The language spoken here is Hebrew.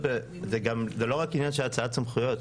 זה לא רק עניין של האצלת סמכויות.